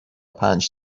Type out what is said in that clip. پنج